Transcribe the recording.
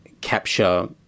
capture